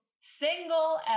single